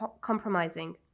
compromising